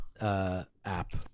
App